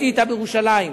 בבתי-ספר בירושלים.